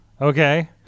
Okay